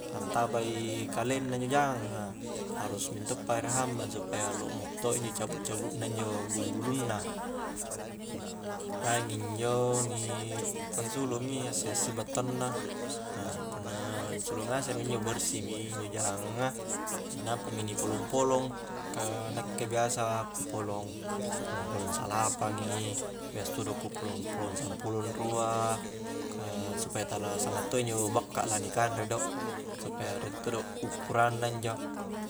Antaba i kalenna injo jangang a harus mentoppa ere hambang supaya lokmo to i injo cabu'-cabu'na injo bulu-bulunna maing injo ni pangsulu mi assi-assi battang na aa punna ansulu ngasek mi injo bersih mi injo jangang a nampa mi ni polong ka nakke biasa ku polong-polong salapangi biasa todo ku polong-polong sampulong rua ka supaya tala sanna to injo bakka la ni kanre do supaya riek todo ukkurang na injo